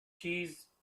cheese